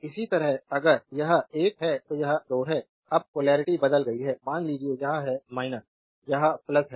इसी तरह अगर यह 1 है तो यह 2 है अब पोलेरिटी बदल गई है मान लीजिए यह है यह है